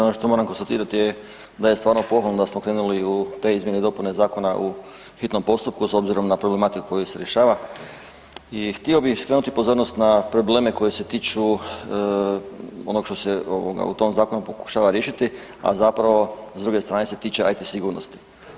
Ono što moram konstatirati je da je stvarno pohvalno da smo krenuli u te izmjene i dopune zakona u hitnom postupku s obzirom na problematiku koju se rješava i htio bih skrenuti pozornost na probleme koji se tiču onog što se u tom zakonu pokušava riješiti, a zapravo s druge strane se tiče IT sigurnosti.